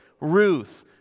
Ruth